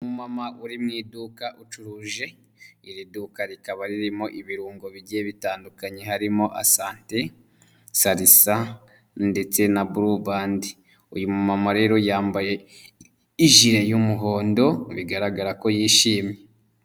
Umumama uri mu iduka ucuruje, iri duka rikaba ririmo ibirungo bigiye bitandukanye harimo asante, salisa ndetse na bulubandi, uyu mumama rero yambaye ijiri y'umuhondo bigaragara ko yishimye.